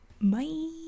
Bye